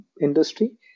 industry